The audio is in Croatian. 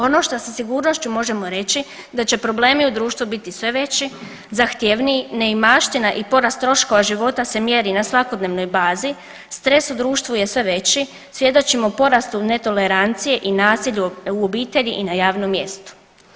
Ono što sa sigurnošću možemo reći da će problemi u društvu biti sve veći, zahtjevniji, neimaština i porast troškova života se mjeri na svakodnevnoj bazi, stres u društvu je sve veći, svjedočimo porastu netolerancije i nasilju u obitelji i na javnom mjestu.